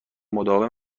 مداوم